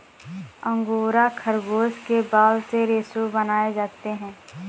angora खरगोश के बाल से रेशे बनाए जाते हैं